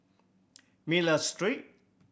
Miller Street